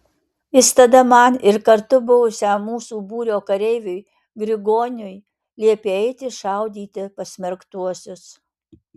jis tada man ir kartu buvusiam mūsų būrio kareiviui grigoniui liepė eiti šaudyti pasmerktuosius